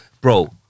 bro